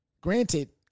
granted